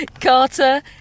Carter